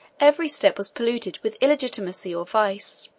every step was polluted with illegitimacy or vice.